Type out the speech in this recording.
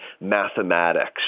mathematics